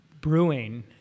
brewing